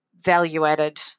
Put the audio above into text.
value-added